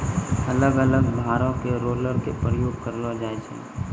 अलग अलग भारो के रोलर के प्रयोग करलो जाय छै